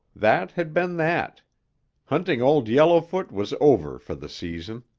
that had been that hunting old yellowfoot was over for the season.